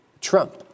Trump